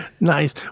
Nice